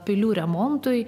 pilių remontui